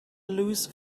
lose